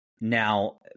now